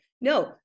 No